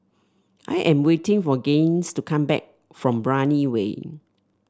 I am waiting for Gaines to come back from Brani Way